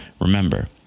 remember